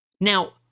Now